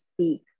speak